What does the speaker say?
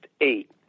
eight